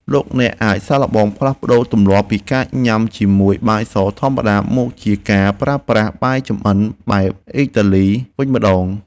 លោកអ្នកអាចសាកល្បងផ្លាស់ប្តូរទម្លាប់ពីការញ៉ាំជាមួយបាយសធម្មតាមកជាការប្រើប្រាស់បាយចម្អិនបែបអ៊ីតាលី (Risotto) វិញម្តង។